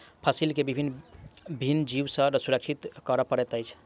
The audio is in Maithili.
फसील के भिन्न भिन्न जीव सॅ सुरक्षित करअ पड़ैत अछि